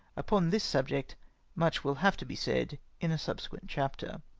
upon this subject much will have to be said in a subsequent chapter.